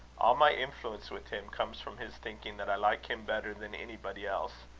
all my influence with him comes from his thinking that i like him better than anybody else.